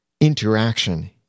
interaction